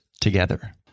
together